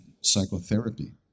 psychotherapy